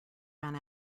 ran